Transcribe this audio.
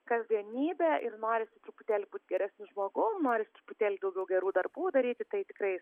kasdienybė ir norisi truputėlį būt geresniu žmogum norisi truputėlį daugiau gerų darbų daryti tai tikrai